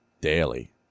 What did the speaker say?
Daily